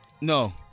No